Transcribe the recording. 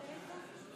תודה רבה.